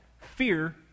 Fear